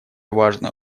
важная